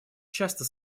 часто